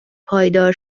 پایدار